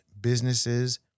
businesses